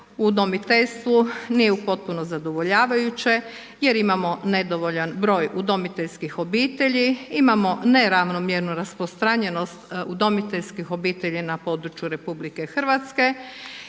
u udomiteljstvu nije u potpuno zadovoljavajuće jer imamo nedovoljan broj udomiteljskih obitelji, imamo neravnomjernu rasprostranjenost udomiteljskih obitelji na području RH i upravo